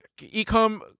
e-com